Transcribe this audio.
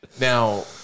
Now